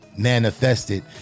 manifested